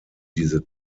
diese